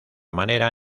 manera